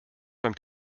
beim